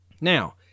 Now